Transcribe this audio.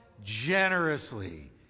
generously